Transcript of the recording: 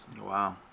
Wow